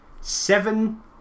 Seven